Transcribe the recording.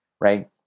Right